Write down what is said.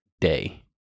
day